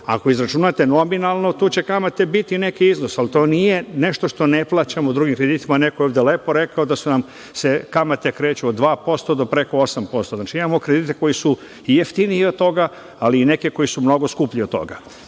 ako izračunate nominalno tu će biti kamate neki iznos, ali to nije nešto što ne plaćamo u drugim kreditima. Neko je ovde lepo rekao da su nam se kamate kreću od 2% do preko 8%. Znači, imamo kredite koji su i jeftiniji od toga i kredite koji su mnogo skuplji od toga.